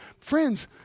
friends